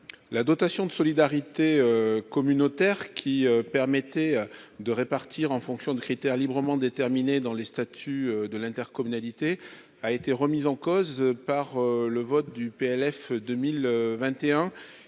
La dotation de solidarité communautaire qui permettait de répartir en fonction de critères librement déterminés dans les statuts de l'intercommunalité a été remise en cause par le vote du PLF 2021